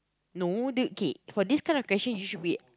no dude kay for this kind of question you should be